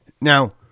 now